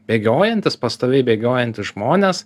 bėgiojantys pastoviai bėgiojantys žmonės